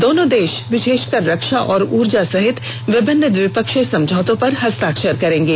दोनों देश विशेषकर रक्षा और ऊर्जा सहित विभिन्न द्विपक्षीय समझौतों पर हस्ताक्षर करेंगे